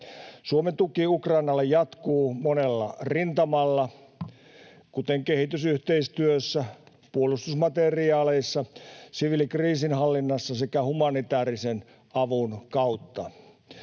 Suomen tuki Ukrainalle jatkuu monella rintamalla, kuten kehitysyhteistyössä, puolustusmateriaaleissa, siviilikriisinhallinnassa sekä humanitäärisen avun kautta.